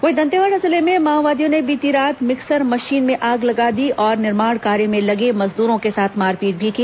वहीं दंतेवाडा जिले में माओवादियों ने बीती रात मिक्सर मशीन में आग लगा दी और निर्माण कार्य में लगे मजदूरों के साथ मारपीट भी की